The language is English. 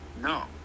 No